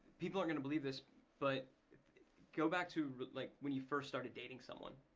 people aren't gonna believe this but go back to like when you first started dating someone.